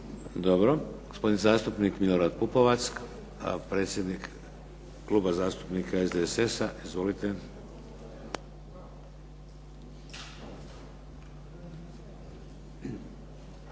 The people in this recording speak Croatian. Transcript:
Dobro. Gospodin zastupnik Milorad Pupovac, predsjednik Kluba zastupnika SDSS-a. Izvolite.